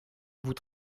vous